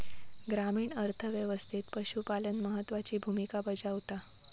ग्रामीण अर्थ व्यवस्थेत पशुपालन महत्त्वाची भूमिका बजावता